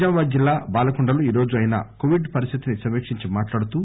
నిజామాబాద్ జిల్లా బాలకొండలో ఈరోజు ఆయన కోవిడ్ పరిస్థితిని సమీక్షించి మాట్లాడుతూ